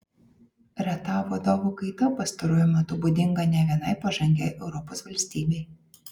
reta vadovų kaita pastaruoju metu būdinga ne vienai pažangiai europos valstybei